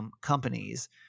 companies